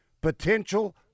potential